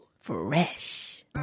Fresh